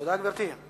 תודה, גברתי.